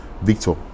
Victor